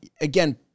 again